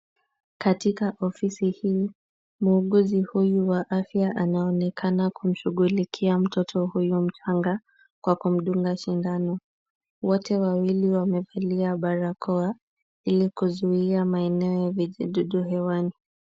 Katika ofisi hii, muuguzi huyu wa afya anaonekana kumshughulikia mtoto huyu mchanga, kwa kumdunga sindano. Wote wawili wamevalia barakoa, ili kuzuia maeneo ya vijidudu hewani.